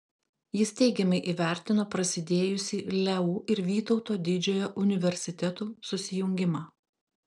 jis teigiamai įvertino prasidėjusį leu ir vytauto didžiojo universitetų susijungimą